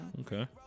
Okay